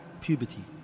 puberty